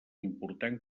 important